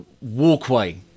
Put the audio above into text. walkway